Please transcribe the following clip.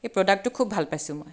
এই প্ৰডাক্টটো খুব ভাল পাইছোঁ মই